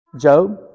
Job